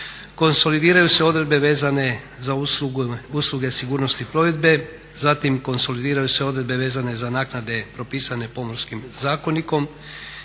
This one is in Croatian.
konsolidiraju se odredbe vezane za usluge sigurnosti i plovidbe, zatim konsolidiraju se odredbe vezane za naknade propisane Pomorskim zakonikom